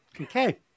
Okay